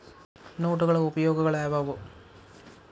ನೋಟುಗಳ ಉಪಯೋಗಾಳ್ಯಾವ್ಯಾವು?